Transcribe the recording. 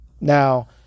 Now